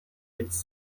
its